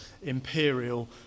imperial